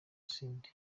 cindy